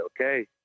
okay